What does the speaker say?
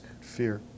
Fear